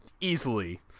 easily